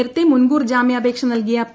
നേരത്തെ മുൻകൂർ ജാമ്യാപേക്ഷ നൽകിയ പി